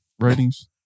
Ratings